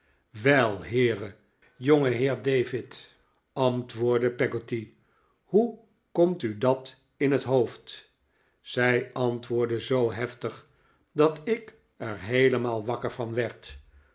wel heere jongeheer david antwoordde peggotty hoe komt u dat in het hoofd zij antwoordde zoo heftig dat ik er heelemaal wakker van werd